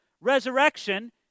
Resurrection